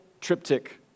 triptych